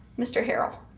mr herrall